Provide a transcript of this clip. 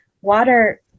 water